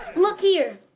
look here!